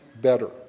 better